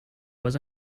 was